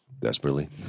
desperately